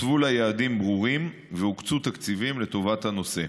הוצבו לה יעדים ברורים והוקצו תקציבים לטובת הנושא,